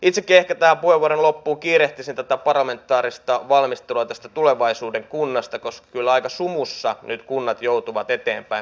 itsekin ehkä tähän puheenvuoron loppuun kiirehtisin parlamentaarista valmistelua tulevaisuuden kunnasta koska kyllä aika sumussa kunnat joutuvat nyt eteenpäin menemään